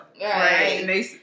right